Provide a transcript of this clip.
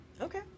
Okay